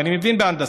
אני מבין בהנדסה.